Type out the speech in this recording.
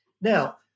Now